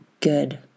good